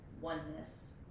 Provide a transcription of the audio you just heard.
oneness